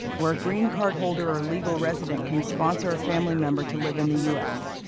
where a green card holder or legal resident can sponsor a family member to live in the u s.